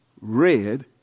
red